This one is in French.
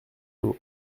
door